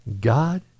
God